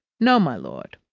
no, my lord.